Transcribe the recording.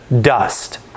dust